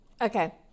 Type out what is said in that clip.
Okay